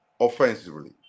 Offensively